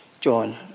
join